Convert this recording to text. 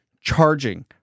Charging